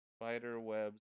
Spiderwebs